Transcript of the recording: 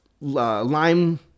Lime